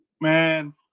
Man